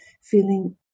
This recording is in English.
feeling